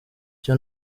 icyo